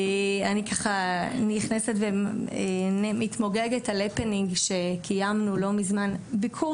אני ככה מתמוגגת על הפנינג שקיימנו לא מזמן ביקור